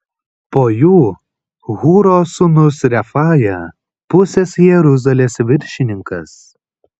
po jų hūro sūnus refaja pusės jeruzalės viršininkas